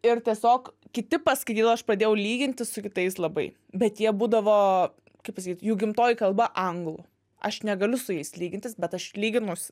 ir tiesiog kiti paskaitytų aš pradėjau lygintis su kitais labai bet jie būdavo kaip pasakyt jų gimtoji kalba anglų aš negaliu su jais lygintis bet aš lyginausi